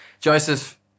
Joseph